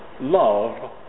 love